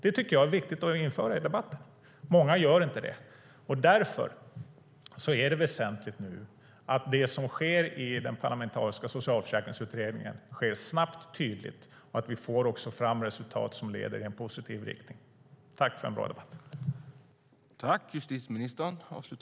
Det tycker jag är viktigt att föra in i debatten. Många gör inte det, och därför är det nu väsentligt att det som sker i den parlamentariska socialförsäkringsutredningen sker snabbt och tydligt och att vi också får fram resultat som leder i en positiv riktning. Tack för en bra debatt!